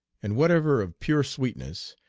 and whatever of pure sweetness,